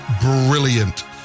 brilliant